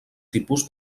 tipus